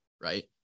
right